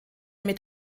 mit